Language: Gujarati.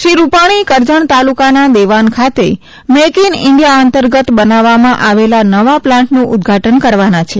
શ્રીરૂપાણી કરજણ તાલુકાના દેવાન ખાતે મેઈક ઈન ઈન્ડિયા અંતર્ગત બનાવવામાં આવેલા નવાપ્લાન્ટનું ઉદઘાટન કરવાના છે